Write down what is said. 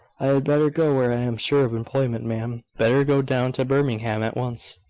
i had better go where i am sure of employment, ma'am. better go down to birmingham at once.